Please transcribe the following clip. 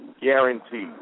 guaranteed